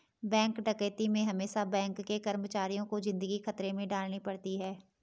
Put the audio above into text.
bank डकैती में हमेसा बैंक के कर्मचारियों को जिंदगी खतरे में डालनी पड़ती है